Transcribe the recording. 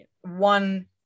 one